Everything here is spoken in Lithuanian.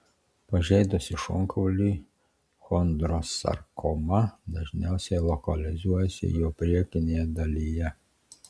pažeidusi šonkaulį chondrosarkoma dažniausiai lokalizuojasi jo priekinėje dalyje